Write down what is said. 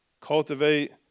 cultivate